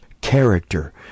character